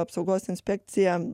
apsaugos inspekcija